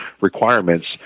requirements